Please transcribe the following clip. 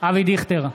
אבי דיכטר,